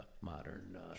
modern